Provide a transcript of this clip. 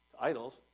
idols